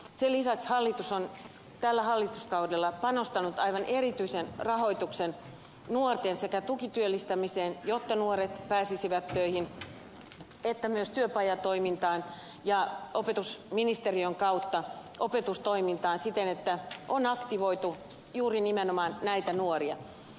sen lisäksi hallitus on tällä hallituskaudella panostanut aivan erityisen rahoituksen nuorten sekä tukityöllistämiseen jotta nuoret pääsisivät töihin että myös työpajatoimintaan ja opetusministeriön kautta opetustoimintaan siten että on aktivoitu juuri nimenomaan näitä nuoria